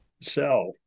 sell